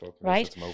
right